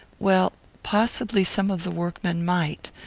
well, possibly some of the workmen might.